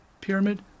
pyramid